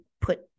put